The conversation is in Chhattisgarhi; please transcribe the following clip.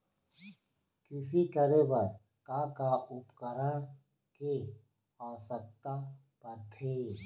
कृषि करे बर का का उपकरण के आवश्यकता परथे?